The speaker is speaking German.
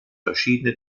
verschiedene